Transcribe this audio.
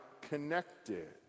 connected